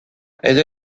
elle